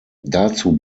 dazu